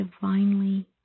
divinely